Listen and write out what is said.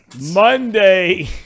Monday